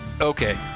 Okay